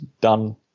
done